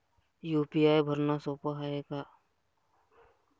UPI भरनं सोप हाय का?